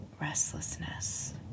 restlessness